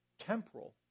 temporal